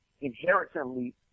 inherently